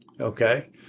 Okay